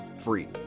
free